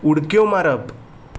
उडक्यो मारप